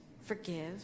Forgive